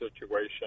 situation